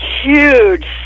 huge